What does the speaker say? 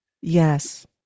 Yes